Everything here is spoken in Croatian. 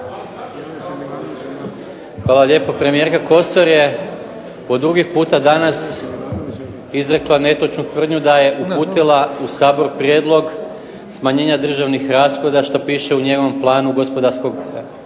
Hvala lijepo. Premijerka Kosor je po drugi puta danas izrekla netočnu tvrdnju da je uputila u Sabor prijedloga smanjenja državnih rashoda što piše u njenom planu gospodarskog oporavka.